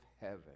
heaven